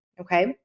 Okay